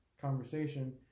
conversation